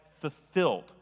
fulfilled